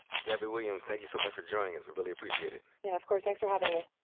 gabby williams, thank you so much for joining us. we really appreciate it. yeah, of course. thanks for having me.